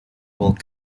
bulk